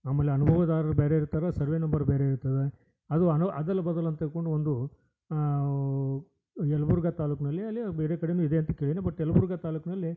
ಆಮೇಲೆ ಅನುಭವದಾರರು ಬೇರೆ ಇರ್ತಾರೆ ಸರ್ವೆ ನಂಬರ್ ಬೇರೆ ಇರ್ತದೆ ಅದು ಅದು ಅದಲು ಬದಲು ಅಂತ ತಿಳ್ಕೊಂಡು ಒಂದು ಯಲಬುರ್ಗ ತಾಲೂಕಿನಲ್ಲಿ ಎಲ್ಲೋ ಬೇರೆ ಕಡೆಯೂ ಇದೆ ಅಂತ ಕೇಳೀನೆ ಬಟ್ ಯಲಬುರ್ಗ ತಾಲೂಕಿನಲ್ಲಿ